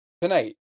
tonight